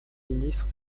ministres